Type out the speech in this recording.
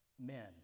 men